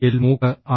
L മൂക്ക് I